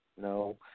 no